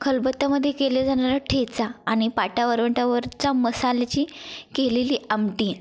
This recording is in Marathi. खलबत्त्यामध्ये केले जाणारा ठेचा आणि पाट्या वरवंट्यावरचा मसाल्याची केलेली आमटी